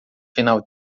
final